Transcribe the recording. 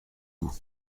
août